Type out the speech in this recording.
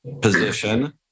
position